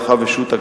הלכה ושו"ת,